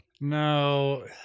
No